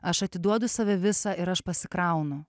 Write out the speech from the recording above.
aš atiduodu save visą ir aš pasikraunu